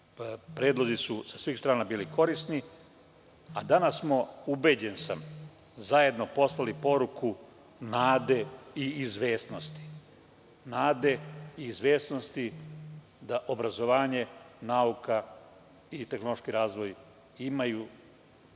Predlozi su sa svih strana bili korisni, a danas smo, ubeđen sam, zajedno poslali poruku nade i izvesnosti da obrazovanje, nauka i tehnološki razvoj imaju